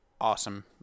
awesome